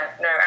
No